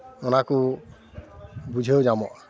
ᱚᱱᱟ ᱠᱚ ᱵᱩᱡᱷᱟᱹᱣ ᱧᱟᱢᱚᱜᱼᱟ